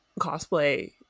cosplay